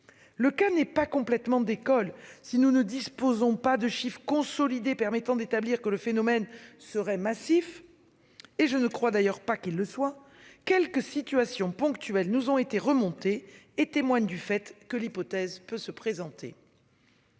Le cas n'est pas complètement d'école si nous ne disposons pas de chiffre consolidé permettant d'établir que le phénomène serait massif. Et je ne croit d'ailleurs pas qu'il le soit quelques situations ponctuelles, nous ont été remontés et témoigne du fait que l'hypothèse peut se présenter.